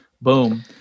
Boom